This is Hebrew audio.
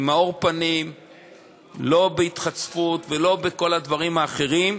עם מאור פנים, לא בהתחצפות ולא בכל הדברים האחרים.